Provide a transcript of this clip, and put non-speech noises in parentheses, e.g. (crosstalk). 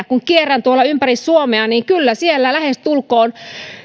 (unintelligible) kun kierrän tuolla ympäri suomea niin kyllä siellä